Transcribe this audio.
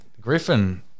Griffin